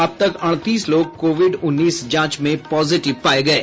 अब तक अड़तीस लोग कोविड उन्नीस जांच में पॉजिटिव पाये गये